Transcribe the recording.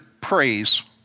praise